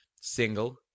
single